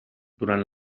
durant